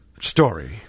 story